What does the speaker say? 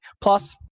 Plus